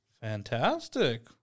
fantastic